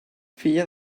filla